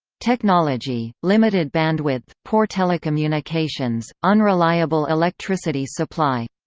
technology limited bandwidth, poor telecommunications, unreliable electricity supply